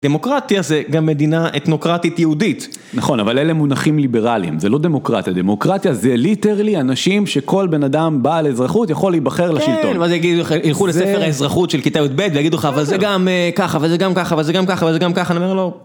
דמוקרטיה זה גם מדינה אתנוקרטית-יהודית. נכון, אבל אלה מונחים ליברליים, זה לא דמוקרטיה. דמוקרטיה זה ליטרלי אנשים שכל בן אדם בעל אזרחות יכול להיבחר לשלטון. כן, ואז ילכו לספר האזרחות של כיתה עוד ב' ויגידו לך, אבל זה גם ככה, אבל זה גם ככה, אבל זה גם ככה, אבל זה גם ככה, אני אומר לו...